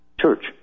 Church